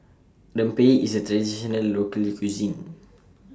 Rempeyek IS A Traditional Local Cuisine